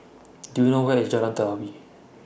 Do YOU know Where IS Jalan Telawi